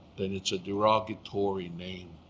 then it's a derogatory name